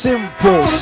Simple